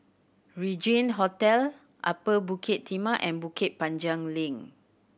Regin Hotel Upper Bukit Timah and Bukit Panjang Link